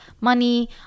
money